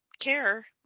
care